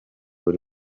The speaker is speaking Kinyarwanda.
buri